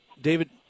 David